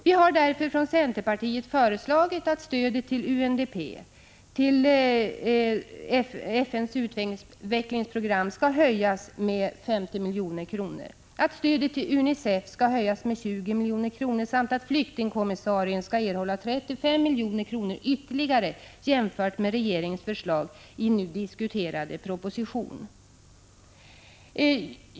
Vi har därför från centerpartiet föreslagit att stödet till UNDP — FN:s utvecklingsprogram — skall höjas med 50 milj.kr., att stödet till UNICEF skall höjas med 20 milj.kr. samt att flyktingkommissarien skall erhålla 35 milj.kr. ytterligare, jämfört med regeringens förslag i nu diskuterade proposition.